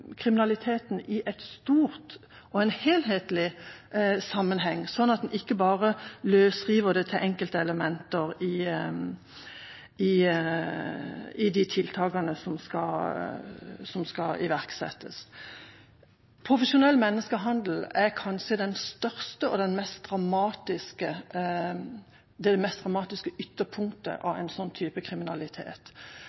i en stor og helhetlig sammenheng, sånn at en ikke bare isolerer det til enkeltelementer når det gjelder de tiltakene som skal iverksettes. Profesjonell menneskehandel er kanskje